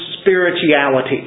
spirituality